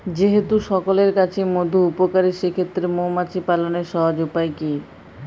যেহেতু সকলের কাছেই মধু উপকারী সেই ক্ষেত্রে মৌমাছি পালনের সহজ উপায় কি?